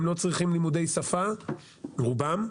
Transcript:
הם לא צריכים לימודי שפה, רובם,